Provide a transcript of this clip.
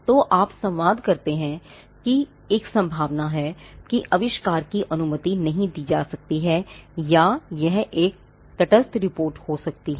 तो आप संवाद करते हैं कि एक संभावना है कि आविष्कार की अनुमति नहीं दी जा सकती है या यह एक तटस्थ रिपोर्ट हो सकती है